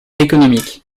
économique